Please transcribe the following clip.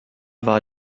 war